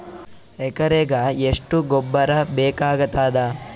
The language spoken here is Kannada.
ಎಕರೆಗ ಎಷ್ಟು ಗೊಬ್ಬರ ಬೇಕಾಗತಾದ?